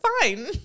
fine